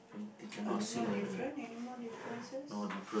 any more different any more differences